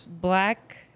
black